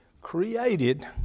created